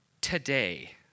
today